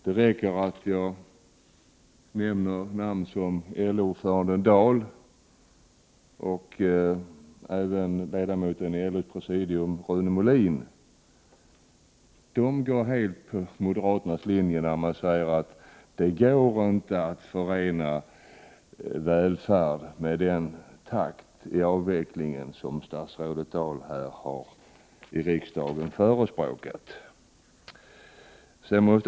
Det räcker att jag nämner namn som LO-ordföranden Malm och även ledamoten av LO:s presidium Rune Molin. De går helt på moderaternas linje, där man säger att det inte går att förena välfärd med den avvecklingstakt som statrådet Dahl har förespråkat i riksdagen.